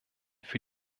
für